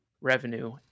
revenue